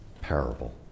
parable